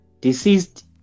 deceased